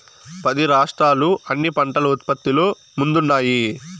పది రాష్ట్రాలు అన్ని పంటల ఉత్పత్తిలో ముందున్నాయి